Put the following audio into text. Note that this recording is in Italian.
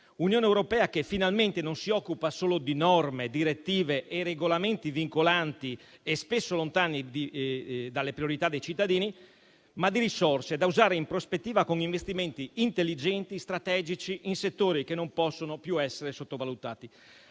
dell'Unione europea, che finalmente si occupa non solo di norme, direttive e regolamenti vincolanti e spesso lontani dalle priorità dei cittadini, ma anche di risorse da usare in prospettiva come investimenti intelligenti e strategici in settori che non possono più essere sottovalutati.